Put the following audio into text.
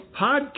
podcast